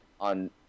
on